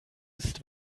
ist